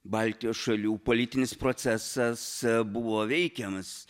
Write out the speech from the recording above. baltijos šalių politinis procesas buvo veikiamas